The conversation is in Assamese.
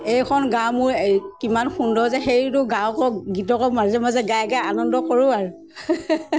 এইখন গাওঁ মোৰ এই কিমান সুন্দৰ যে হেৰিটো গাঁওকো গীতকো মাজে মাজে গায় গায় আনন্দ কৰোঁ আৰু